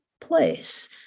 place